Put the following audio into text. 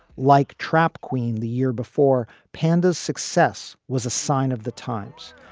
like trap queen the year before, panda's success was a sign of the times,